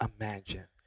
imagine